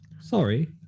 sorry